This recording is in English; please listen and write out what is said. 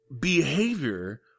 behavior